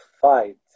fight